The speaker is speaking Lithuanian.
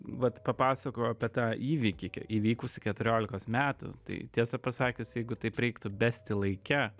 vat papasakojau apie tą įvykį įvykusį keturiolikos metų tai tiesą pasakius jeigu taip reiktų besti laike